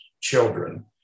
children